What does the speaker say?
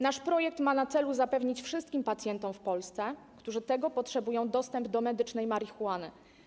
Nasz projekt ma na celu zapewnić wszystkim pacjentom w Polsce, którzy tego potrzebują, dostęp do medycznej marihuany.